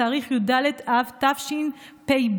שבתאריך י"ד אב תשפ"ב,